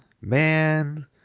man